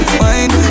wine